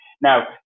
Now